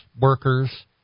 workers